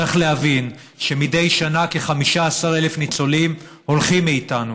צריך להבין שמדי שנה כ-15,000 ניצולים הולכים מאיתנו,